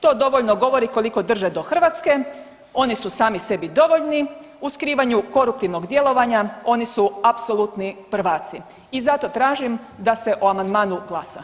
To dovoljno govori koliko drže do Hrvatske, oni su sami sebi dovoljni u skrivanju koruptivnog djelovanja oni su apsolutni prvaci i zato tražim da se o amandmanu glasa.